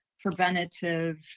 preventative